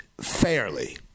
fairly